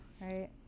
right